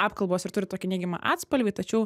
apkalbos ir turi tokį neigiamą atspalvį tačiau